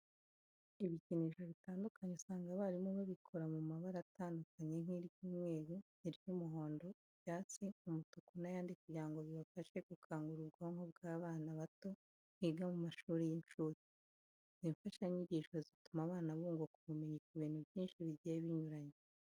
Ibikinisho bitandukanye usanga abarimu babikora mu mabara atandukanye nk'iry'umweru, iry'umuhondo, icyatsi, umutuku n'ayandi kugira ngo bibafashe gukangura ubwonko bw'abana bato biga mu mashuri y'incuke. Izi mfashanyigisho zituma abana bunguka ubumenyi ku bintu byinshi bigiye binyuranye.